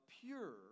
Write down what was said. pure